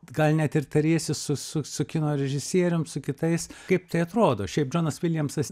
gal net ir tariesi su su su kino režisierium su kitais kaip tai atrodo šiaip džonas viljamsas